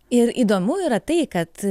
ir įdomu yra tai kad